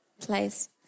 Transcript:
place